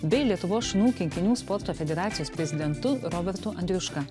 bei lietuvos šunų kinkinių sporto federacijos prezidentu robertu andriuška